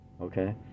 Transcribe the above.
Okay